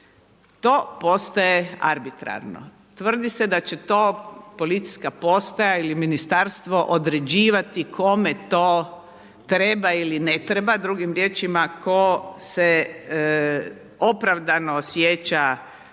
to postaje arbitrarno. Tvrdi se da će to policijska postaja ili ministarstvo određivati kome to treba ili ne treba. Drugim riječima tko se opravdano osjeća